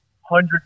hundreds